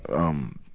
um,